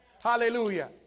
hallelujah